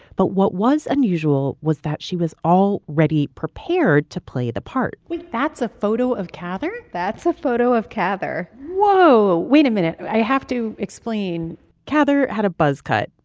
but what was unusual was that she was all ready, prepared to play the part with that's a photo of cather. that's a photo of cather. whoa, wait a minute. i have to explain cather had a buzzcut.